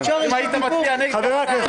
חברת הכנסת